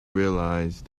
realise